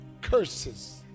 curses